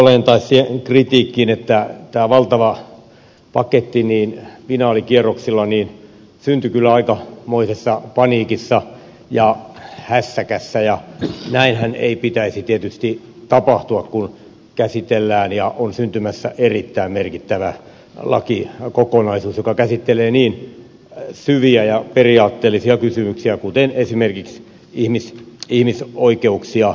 kyllä yhdyn siihen kritiikkiin että tämä valtava paketti niin vidalikierroksilla niin sin city finaalikierroksilla syntyi aikamoisessa paniikissa ja hässäkässä ja näinhän ei pitäisi tietysti tapahtua kun käsitellään erittäin merkittävää lakikokonaisuutta joka on syntymässä ja joka käsittelee niin syviä ja periaatteellisia kysymyksiä kuten esimerkiksi ihmisoikeuksia